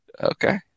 Okay